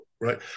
right